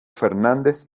fernández